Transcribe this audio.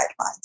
guidelines